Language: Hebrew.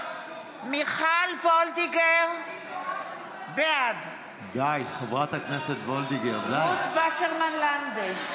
מיכל וולדיגר, בעד רות וסרמן לנדה,